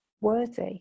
worthy